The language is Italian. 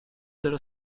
della